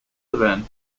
event